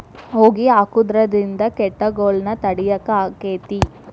ಹೊಗಿ ಹಾಕುದ್ರಿಂದ ಕೇಟಗೊಳ್ನ ತಡಿಯಾಕ ಆಕ್ಕೆತಿ?